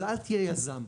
אבל אל תהיה יזם,